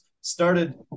started